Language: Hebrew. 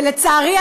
ולצערי,